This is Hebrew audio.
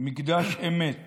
מקדש אמת